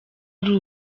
ari